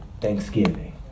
thanksgiving